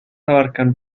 abarcan